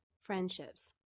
friendships